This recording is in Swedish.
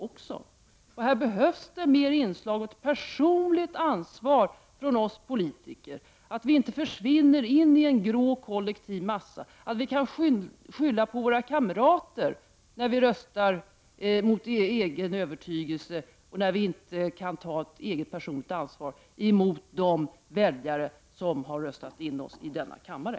Det behövs ett större inslag av personligt ansvar från oss politiker. Vi får inte försvinna in i en grå kollektiv massa. Vi får inte skylla på våra kamrater när vi röstar mot egen övertygelse och inte vågar ta ett personligt ansvar gentemot de väljare som har röstat in oss i denna kammare.